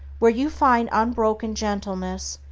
where you find unbroken gentleness,